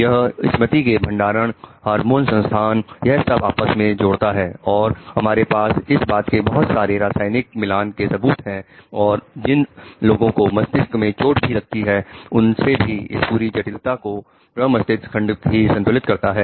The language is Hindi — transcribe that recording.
यह स्मृति केभंडारण हार्मोन संस्थान यह सब आपस में जोड़ता है और हमारे पास इस बात के बहुत सारे रासायनिक मिलान के सबूत हैं और जिन लोगों को मस्तिष्क में चोट भी लगी है उनसे भी इस पूरी जटिलता को प्रमस्तिष्क खंड ही संतुलित करता है